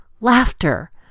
laughter